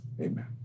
amen